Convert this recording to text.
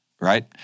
right